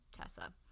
Tessa